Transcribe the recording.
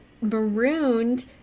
marooned